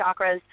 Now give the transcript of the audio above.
chakras